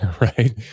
right